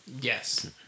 Yes